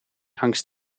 angst